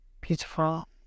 beautiful